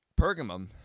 Pergamum